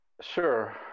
Sure